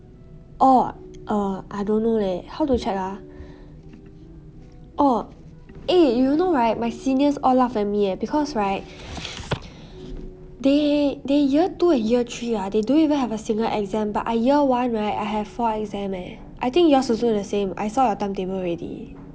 orh orh I don't know leh how to check ah orh eh you know right my seniors all laugh at me eh because right they they year two and year three ah or they don't even have a single exam but I year one right I have four exam eh I think yours also the same I saw your timetable already